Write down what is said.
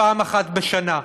פעם אחת בשנה,